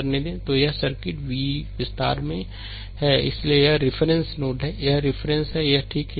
slide समय देखें 2545 तो यह सर्किट विस्तार में है इसलिए यह रिफरेंस नोड है यह रिफरेंस है ठीक है